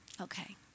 okay